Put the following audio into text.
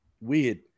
weird